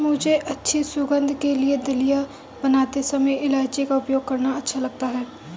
मुझे अच्छी सुगंध के लिए दलिया बनाते समय इलायची का उपयोग करना अच्छा लगता है